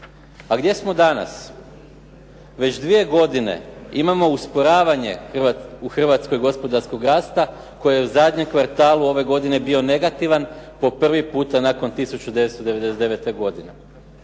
Ali gdje smo danas. Već dvije godine imamo usporavanje hrvatskog gospodarskog rasta koji je u zadnjem kvartalu ove godine bio negativan, po prvi puta nakon 1999. godine.